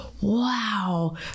wow